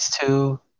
two